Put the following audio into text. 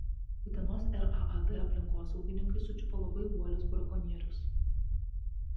utenos raad aplinkosaugininkai sučiupo labai uolius brakonierius